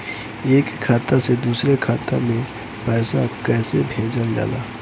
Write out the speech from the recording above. एक खाता से दुसरे खाता मे पैसा कैसे भेजल जाला?